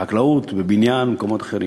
בחקלאות, בבניין, במקומות אחרים.